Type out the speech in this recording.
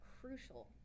crucial